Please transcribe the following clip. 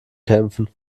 kämpfen